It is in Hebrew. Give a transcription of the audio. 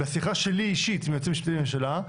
בשיחה שלי אישית עם היועץ המשפטי לממשלה,